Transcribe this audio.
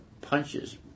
Punches